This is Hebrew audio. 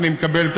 אני מקבל את